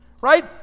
right